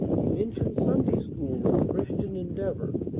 he mentioned sunday school and christian endeavor,